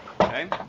Okay